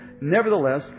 Nevertheless